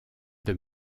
the